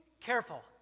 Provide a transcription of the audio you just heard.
careful